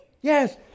Yes